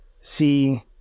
see